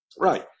Right